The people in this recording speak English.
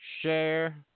share